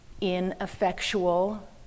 ineffectual